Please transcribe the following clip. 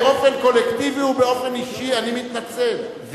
באופן קולקטיבי ובאופן אישי אני מתנצל,